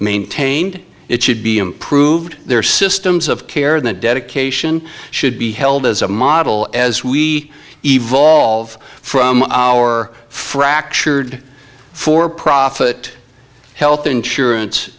maintained it should be improved there are systems of care that dedication should be held as a model as we evolve from our fractured for profit health insurance